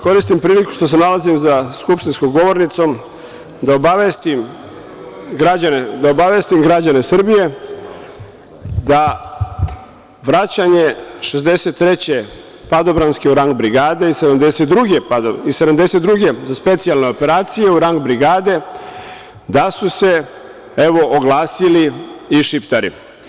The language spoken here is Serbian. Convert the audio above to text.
Koristim priliku što se nalazim za skupštinskom govornicom, da obavestim građane Srbije da vraćanje 63. padobranske u rang brigade i 72. za specijalne operacije u rang brigade, da su se oglasili i Šiptari.